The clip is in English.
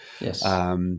Yes